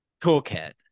toolkit